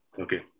Okay